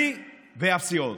אני ואפסי עוד.